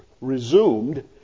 resumed